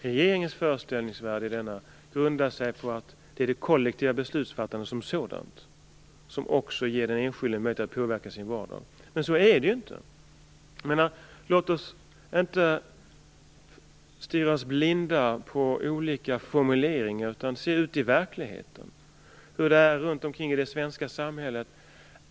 Regeringens föreställningsvärld grundar sig på att det är det kollektiva beslutsfattandet som sådant som också ger den enskilde möjlighet att påverka sin vardag. Men så är det inte. Låt oss inte stirra oss blinda på olika formuleringar utan se ut i verkligheten, hur det är runt omkring i det svenska samhället.